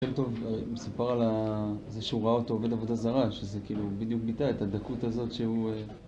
מסופר על ה..זה שהוא ראה אותו עובד עבודה זרה, שזה כאילו בדיוק ביטא, את הדקות הזאת שהוא...